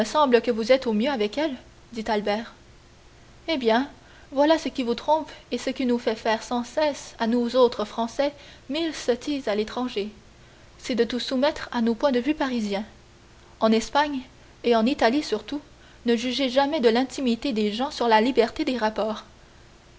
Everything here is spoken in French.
semble que vous êtes au mieux avec elle dit albert eh bien voilà ce qui vous trompe et ce qui nous fera faire sans cesse à nous autres français mille sottises à l'étranger c'est de tout soumettre à nos points de vue parisiens en espagne et en italie surtout ne jugez jamais de l'intimité des gens sur la liberté des rapports